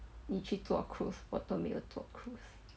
你去坐 cruise 我都没有坐 cruise